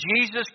Jesus